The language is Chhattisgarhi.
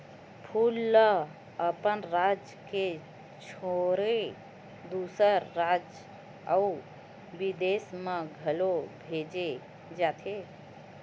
फूल ल अपन राज के छोड़े दूसर राज अउ बिदेस म घलो भेजे जाथे